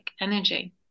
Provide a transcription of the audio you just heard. energy